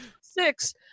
Six